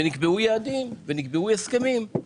ונקבעו יעדים, ונקבעו הסכמים.